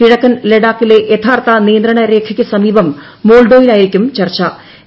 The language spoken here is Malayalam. കിഴക്കൻ ലഡാക്കിലെ യഥാർത്ഥ നിയന്ത്രണ രേഖയ്ക്ക് സമീപം മോൾഡോയിലായിരിക്കും ചർച്ചു